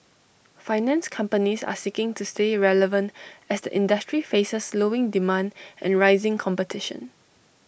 finance companies are seeking to stay relevant as the industry faces slowing demand and rising competition